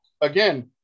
again